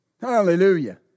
Hallelujah